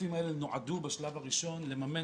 הכספים האלה נועדו בשלב הראשון לממן